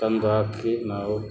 ತಂದು ಹಾಕಿ ನಾವು